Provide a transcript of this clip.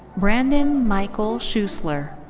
brandon michael schussler.